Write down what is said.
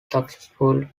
successful